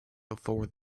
before